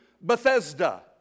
Bethesda